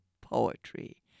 poetry